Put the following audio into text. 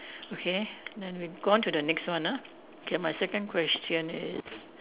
okay then we go on to the next one ah okay my second question is